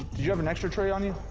do you have an extra tray on you?